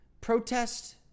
protest